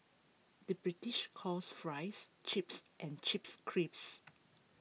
the British calls Fries Chips and Chips Crisps